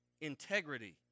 Integrity